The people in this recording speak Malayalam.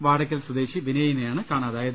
വാടയ്ക്കൽ സ്വദേശി വിനയ്നെയാണ് കാണാതായത്